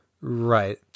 Right